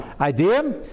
idea